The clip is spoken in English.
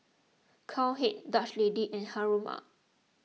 Cowhead Dutch Lady and Haruma